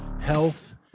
health